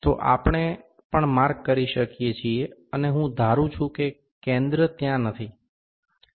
તો આપણે પણ માર્ક કરી શકીએ છીએ અને હું ઘારુ છું કે કેન્દ્ર ત્યાં નથી